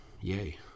yay